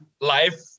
life